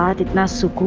um not suit